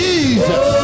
Jesus